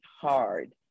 hard